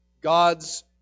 God's